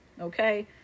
okay